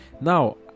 Now